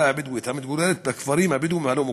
הבדואית המתגוררת בכפרים הבדואיים הלא-מוכרים.